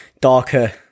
darker